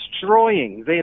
destroying